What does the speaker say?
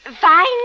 Fine